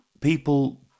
People